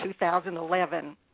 2011